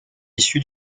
issue